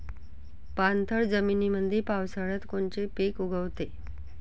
पाणथळ जमीनीमंदी पावसाळ्यात कोनचे पिक उगवते?